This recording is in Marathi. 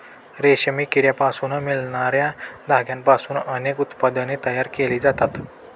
रेशमी किड्यांपासून मिळणार्या धाग्यांपासून अनेक उत्पादने तयार केली जातात